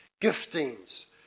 Giftings